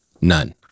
None